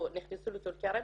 שנכנסו לטול כרם,